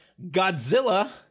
Godzilla